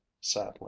sadly